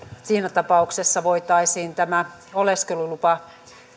siinä tapauksessa voitaisiin tämä oleskelulupa